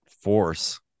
force